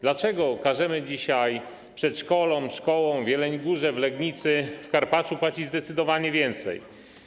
Dlaczego każemy dzisiaj przedszkolom, szkołom w Jeleniej Górze, w Legnicy, w Karpaczu płacić zdecydowanie więcej?